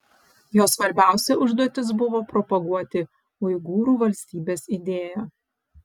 jo svarbiausia užduotis buvo propaguoti uigūrų valstybės idėją